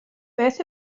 beth